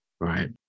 right